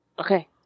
okay